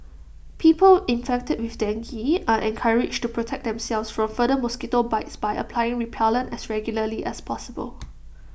people infected with dengue are encouraged to protect themselves from further mosquito bites by applying repellent as regularly as possible